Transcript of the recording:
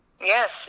Yes